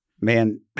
Man